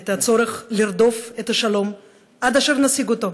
את הצורך לרדוף את השלום עד אשר נשיג אותו,